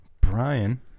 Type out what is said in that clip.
Brian